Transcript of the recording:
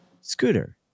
Scooter